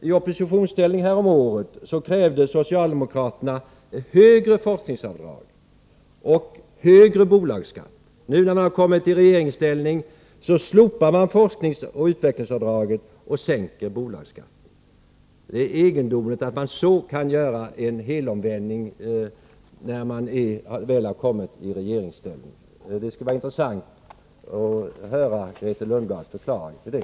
I oppositionsställning krävde socialdemokraterna häromåret högre forskningsanslag och högre bolagsskatt. Nu när man har kommit i regeringsställning slopar man forskningsoch utvecklingsavdraget och sänker bolagsskatten. Det är egendomligt att man kan göra en sådan helomvändning när man väl har kommit i regeringsställning. Det skulle vara intressant att höra Grethe Lundblads förklaring till det.